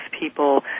people